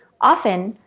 often,